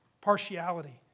partiality